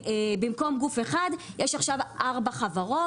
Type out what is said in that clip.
במקום גוף אחד יש כעת 4 חברות,